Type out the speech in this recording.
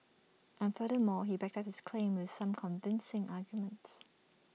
and furthermore he backed up his claim with some convincing arguments